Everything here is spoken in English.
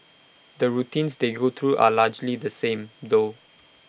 the routines they go through are largely the same though